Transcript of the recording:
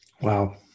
Wow